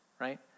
right